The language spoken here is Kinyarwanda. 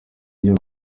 iryo